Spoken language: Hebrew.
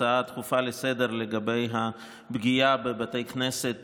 נעבור להצעות דחופות לסדר-היום בנושא: פגיעה בבתי כנסת